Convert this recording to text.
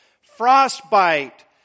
frostbite